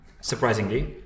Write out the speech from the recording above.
surprisingly